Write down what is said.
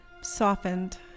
softened